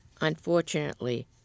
Unfortunately